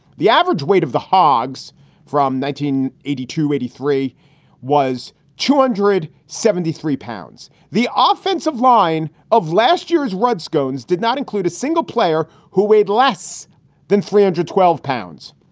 the average weight of the hogs from nineteen eighty to eighty three was two hundred seventy three pounds. the ah offensive line of last year's redskins did not include a single player who weighed less than three hundred and twelve pounds.